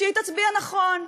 שהיא תצביע נכון.